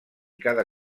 cada